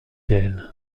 elle